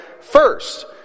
first